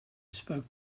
spoke